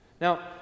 Now